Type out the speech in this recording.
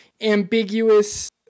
ambiguous